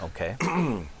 Okay